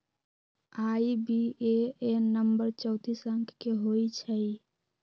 IBAN number चौतीस अंक के होइ छइ